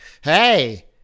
Hey